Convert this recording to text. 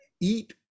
Eat